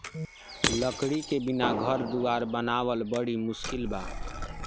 लकड़ी के बिना घर दुवार बनावल बड़ी मुस्किल बा